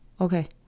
Okay